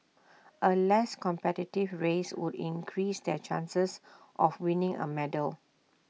A less competitive race would increase their chances of winning A medal